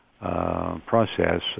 process